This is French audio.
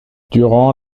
durant